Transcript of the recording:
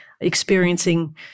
experiencing